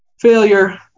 failure